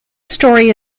story